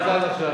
מה זה עד עכשיו?